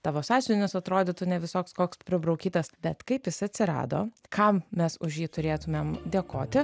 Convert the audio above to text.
tavo sąsiuvinis atrodytų ne visoks koks pribraukytas bet kaip jis atsirado kam mes už jį turėtumėm dėkoti